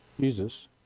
Jesus